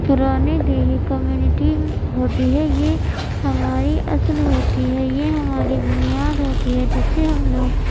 پرانی دیہی کمیونٹی ہوتی ہے یہ ہماری اصل ہوتی ہے یہ ہماری بنیاد ہوتی ہے جس سے ہم لوگ